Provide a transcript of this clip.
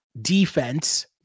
defense